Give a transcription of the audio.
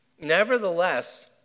Nevertheless